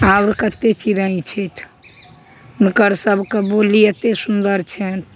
आओर कते चिड़य छथि हुनकर सभके बोली एते सुन्दर छनि